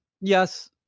Yes